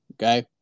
okay